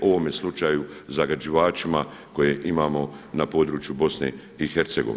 O ovome slučaju zagađivačima koje imamo na području BiH.